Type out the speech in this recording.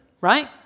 right